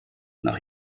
nach